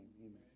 Amen